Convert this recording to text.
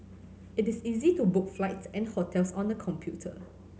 it is easy to book flights and hotels on the computer